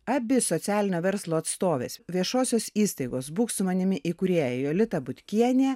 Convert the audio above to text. abi socialinio verslo atstovės viešosios įstaigos būk su manimi įkūrėja jolita butkienė